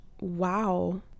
wow